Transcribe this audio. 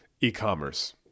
e-commerce